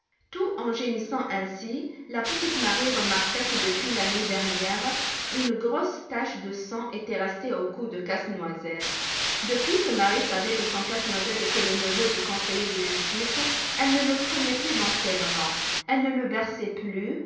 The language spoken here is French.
tout en gémissant ainsi la petite marie remarqua que depuis la nuit dernière une grosse tache de sang était restée au cou de casse-noisette depuis que marie savait que son casse-noisette était le neveu du conseiller de justice elle ne le prenait plus dans ses bras elle ne le berçait plus